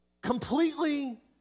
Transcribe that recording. completely